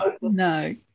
No